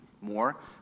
more